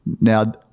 now